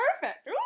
Perfect